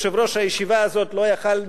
יושב-ראש הישיבה הזאת לא היה יכול,